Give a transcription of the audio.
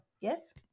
yes